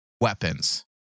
weapons